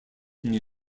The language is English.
new